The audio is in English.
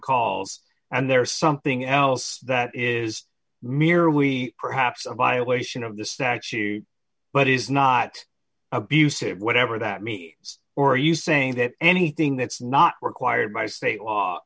calls and there's something else that is mere we perhaps a violation of the statute but is not abusive whatever that means or are you saying that anything that's not required by state law